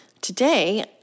Today